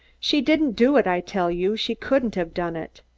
she didn't do it, i tell you she couldn't have done it!